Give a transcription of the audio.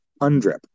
UNDRIP